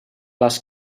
les